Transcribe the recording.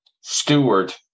steward